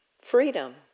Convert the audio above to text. freedom